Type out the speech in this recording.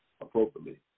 appropriately